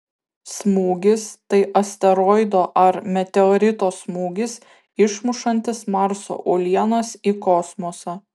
smūgis tai asteroido ar meteorito smūgis išmušantis marso uolienas į kosmosą